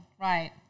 Right